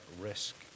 risk